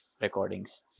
recordings